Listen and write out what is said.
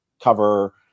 cover